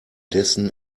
dessen